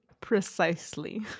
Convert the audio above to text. Precisely